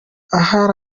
ahari